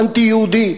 האנטי-יהודי,